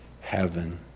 heaven